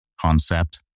concept